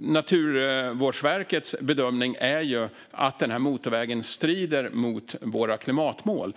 Naturvårdsverkets bedömning är att motorvägen strider mot våra klimatmål.